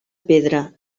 pedra